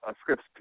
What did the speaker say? Scripts